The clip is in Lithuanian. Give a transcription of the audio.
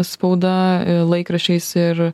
spauda laikraščiais ir